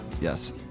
Yes